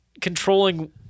controlling